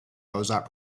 mozart